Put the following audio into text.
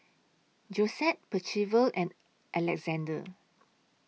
Josette Percival and Alexander